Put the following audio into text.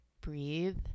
breathe